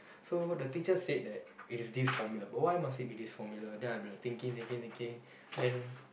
so the teachers said that is this formula why must it be this formula then I will be like thinking thinking thinking then